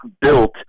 built